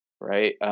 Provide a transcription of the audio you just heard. right